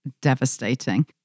devastating